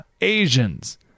Asians